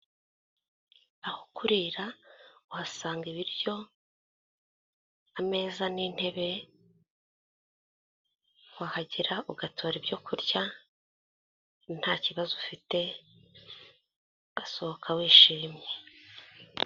Aho kurira uhasanga ibiryo ameza n'intebe wahagera ugatora ibyo kurya nta kibazo ufite usohoka wishimye.